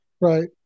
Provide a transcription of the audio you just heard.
Right